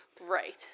Right